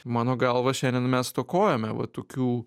mano galva šiandien mes stokojame va tokių